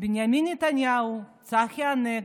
בנימין נתניהו, צחי הנגבי,